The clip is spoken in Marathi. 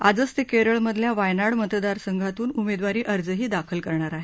आजच ते केरळमधल्या वायनाड मतदार संघातून उमेदवारी अर्जही दाखल करणार आहेत